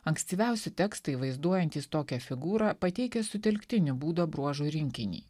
ankstyviausi tekstai vaizduojantys tokią figūrą pateikia sutelktinį būdo bruožų rinkinį